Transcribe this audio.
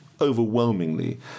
overwhelmingly